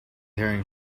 hearing